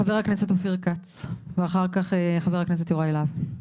חבר הכנסת אופיר כץ ואחר כך חבר הכנסת יוראי להב.